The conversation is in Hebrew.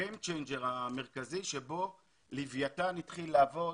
ב-game changer המרכזי שבו לוויתן התחיל לעבוד.